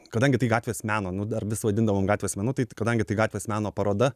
kadangi tai gatvės meno nu dar vis vadindavom gatvės menu tai kadangi tai gatvės meno paroda